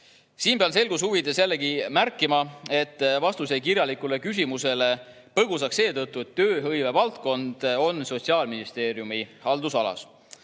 Siin pean selguse huvides jällegi märkima, et vastus kirjalikule küsimusele jäi põgusaks seetõttu, et tööhõivevaldkond on Sotsiaalministeeriumi haldusalas.